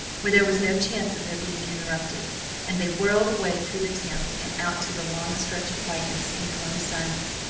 where there was no chance of their being interrupted and they whirled away through the town and out to the long stretch of whiteness in glum silence,